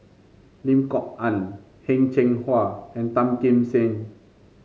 Lim Kok Ann Heng Cheng Hwa and Tan Kim Seng